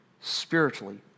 spiritually